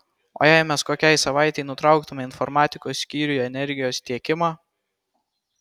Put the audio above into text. o jei mes kokiai savaitei nutrauktumėme informatikos skyriui energijos tiekimą